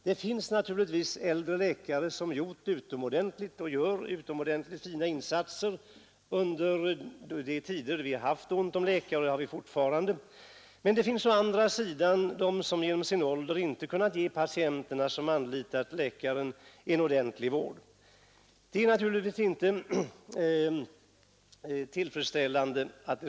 Det finns äldre läkare som gjort och gör utomordentligt fina insatser under tider då vi haft ont om läkare — det har vi fortfarande — men det finns å andra sidan läkare som på grund av sin ålder inte kunnat ge de patienter som anlitat vederbörande en ordentlig vård. Det är naturligtvis inte tillfredsställande.